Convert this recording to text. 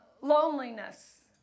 loneliness